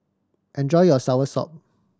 enjoy your soursop